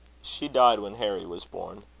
she died when harry was born.